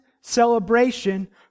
celebration